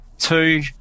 two